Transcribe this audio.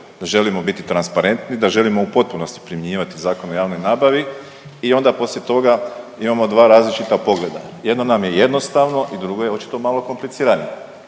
da želimo biti transparentni, da želimo u potpunosti primjenjivati Zakon o javnoj nabavi i onda poslije toga imamo dva različita pogleda, jedno nam je jednostavno i drugo je očito malo kompliciranije,